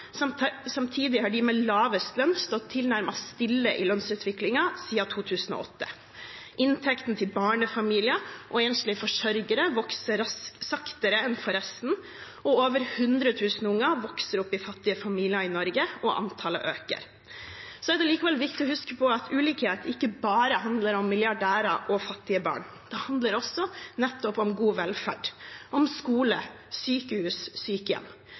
Samtidig har de med lavest lønn stått tilnærmet stille i lønnsutviklingen siden 2008. Inntekten til barnefamilier og enslige forsørgere vokser saktere enn for resten. Over 100 000 unger vokser opp i fattige familier i Norge, og antallet øker. Det er likevel viktig å huske på at ulikhet ikke bare handler om milliardærer og fattige barn; det handler også nettopp om god velferd, om skole, sykehus, sykehjem.